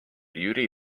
jüri